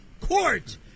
court